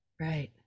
right